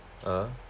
(uh huh)